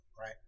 right